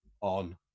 on